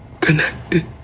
connected